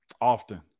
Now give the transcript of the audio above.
Often